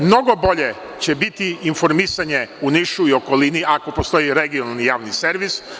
Mnogo bolje će biti informisanje u Nišu i okolini ako postoji regionalni javni servis.